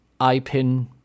eye-pin